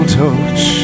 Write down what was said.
touch